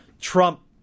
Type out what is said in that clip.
Trump